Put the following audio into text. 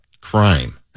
crime